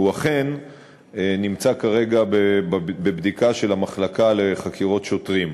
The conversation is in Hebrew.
והוא אכן נמצא כרגע בבדיקה של המחלקה לחקירות שוטרים.